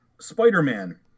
spider-man